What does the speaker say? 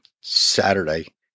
Saturday